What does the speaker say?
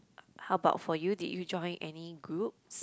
how about for you did you join any group